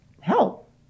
help